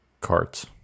carts